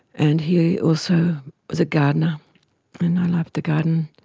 and he also was a gardener and i loved the garden,